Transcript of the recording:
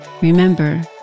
remember